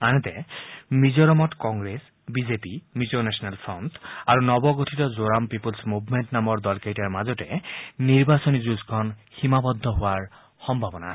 আানহাতে মিজোৰামত Congress BJP Mizo national front আৰু নৱগঠিত জোৰাম পিপ'লছ মুভমেণ্ট নামৰ দলকেইটাৰ মাজতে নিৰ্বাচনী যুঁজখন সীমাবদ্ধ হোৱাৰ সম্ভাৱনা আছে